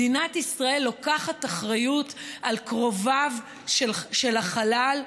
מדינת ישראל לוקחת אחריות על קרוביו של החלל,